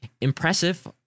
Impressive